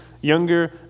younger